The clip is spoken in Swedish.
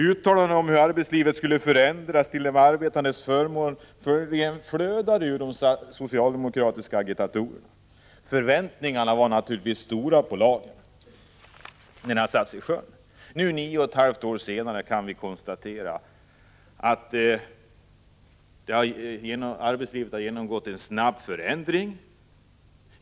Uttalanden om hur arbetslivet skulle förändras till de arbetandes förmån formligen flödade ur de socialdemokratiska agitatorerna. Förväntningarna på lagen var naturligtvis stora. Nio och ett halvt år senare kan vi konstatera att arbetslivet genomgått en snabb förändring.